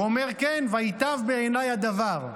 הוא אומר כן, "וייטב בעיני הדבר".